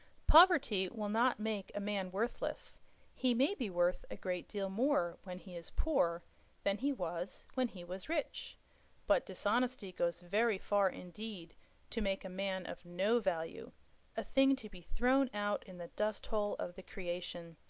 poverty will not make a man worthless he may be worth a great deal more when he is poor than he was when he was rich but dishonesty goes very far indeed to make a man of no value a thing to be thrown out in the dust-hole of the creation,